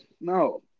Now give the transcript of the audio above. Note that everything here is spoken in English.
no